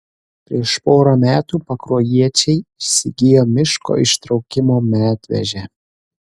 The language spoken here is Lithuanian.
prieš pora metų pakruojiečiai įsigijo miško ištraukimo medvežę